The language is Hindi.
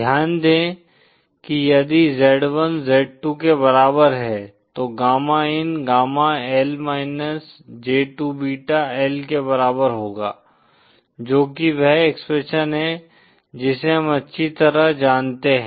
ध्यान दें कि यदि z1 z2 के बराबर है तो गामा इन gamma L j2 beta L के बराबर होगा जो कि वह एक्सप्रेशन है जिसे हम अच्छी तरह जानते हैं